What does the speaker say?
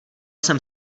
jsem